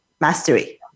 mastery